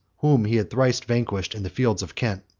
whom he had thrice vanquished in the fields of kent.